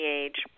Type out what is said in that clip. age